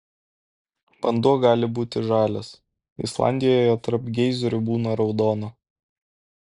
vanduo gali būti žalias islandijoje tarp geizerių būna raudono